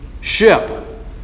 ship